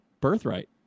birthright